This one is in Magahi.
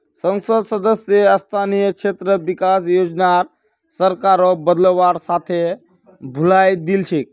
संसद सदस्य स्थानीय क्षेत्र विकास योजनार सरकारक बदलवार साथे भुलई दिल छेक